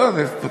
לא, זה בסדר.